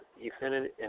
infinity